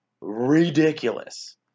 ridiculous